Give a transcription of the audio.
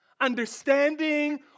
understanding